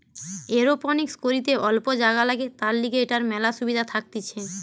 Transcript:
aeroponics করিতে অল্প জাগা লাগে, তার লিগে এটার মেলা সুবিধা থাকতিছে